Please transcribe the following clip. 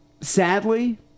sadly